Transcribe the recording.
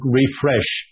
refresh